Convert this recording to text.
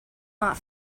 not